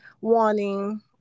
wanting